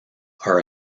are